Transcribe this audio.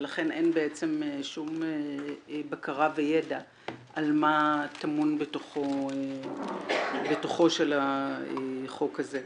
ולכן אין בעצם שום בקרה וידע על מה טמון בתוכו של החוק הזה.